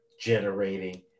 generating